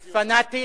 קיצונית, פנאטית,